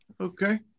Okay